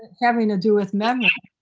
having to do with memory.